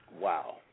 Wow